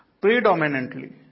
Predominantly